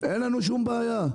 אין לנו שום בעיה.